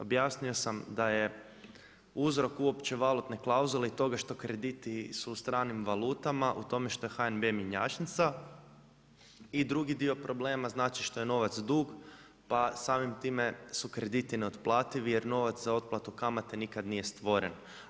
Objasnio sam da je uzrok uopće valutne klauzule i toga što krediti su u stranim valutama, u tome što je HNB mjenjačnica i drugi dio problema znači što je novac dug, pa samim time su krediti neotplativi jer novac za otplatu kamate nikad nije stvoren.